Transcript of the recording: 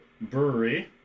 Brewery